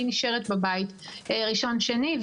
והיא נשארת בבית בראשון ושני,